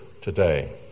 today